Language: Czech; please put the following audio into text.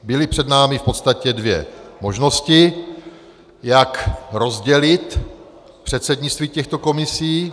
Byly před námi v podstatě dvě možnosti, jak rozdělit předsednictví těchto komisí.